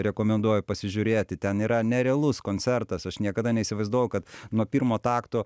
rekomenduoju pasižiūrėti ten yra nerealus koncertas aš niekada neįsivaizdavau kad nuo pirmo takto